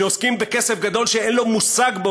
שעוסקים בכסף גדול שאין לו מושג בו,